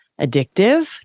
addictive